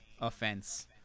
offense